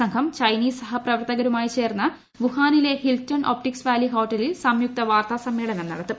സംഘം ചൈനീസ് സഹ്പ്രവത്തകരുമായി ചേർന്ന് വുഹാനിലെ ഹിൽട്ടൺ ഒപ്റ്റിക്സ് വാലി ഹോട്ടലിൽ സംയുക്ത വാർത്താസമ്മേളനം നടത്തും